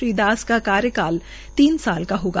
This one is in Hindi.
श्री दास का कार्यकाल तीन साल का होगा